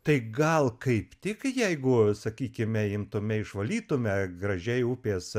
tai gal kaip tik jeigu sakykime imtume išvalytume gražiai upės